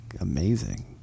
amazing